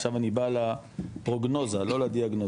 עכשיו אני בא לפרוגנוזה לא לדיאגנוזה,